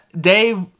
Dave